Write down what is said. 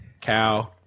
cow